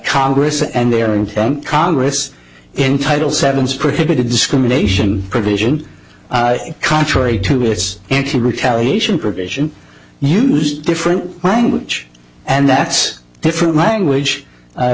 congress and their intent congress entitle sevens prohibited discrimination provision contrary to its retaliation provision used different language and that's different language